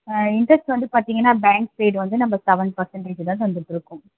ஆ interest வந்து பார்த்தீங்கன்னா bank side வந்து நம்ம செவன் பர்செண்ட்டேஜ் தான் தந்துட்டுருக்கோம்